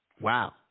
Wow